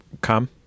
come